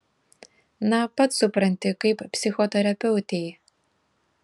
na pats supranti kaip psichoterapeutei